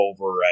over